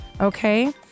Okay